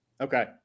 Okay